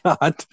God